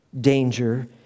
danger